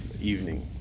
evening